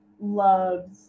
loves